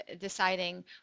deciding